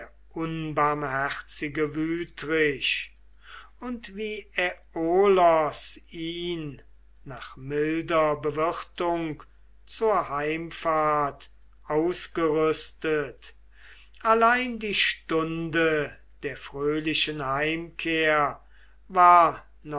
unbarmherzige wütrich und wie aiolos ihn nach milder bewirtung zur heimfahrt ausgerüstet allein die stunde der fröhlichen heimkehr war